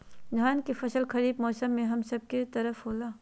धान के फसल खरीफ मौसम में हम सब के तरफ होला